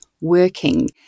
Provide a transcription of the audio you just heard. working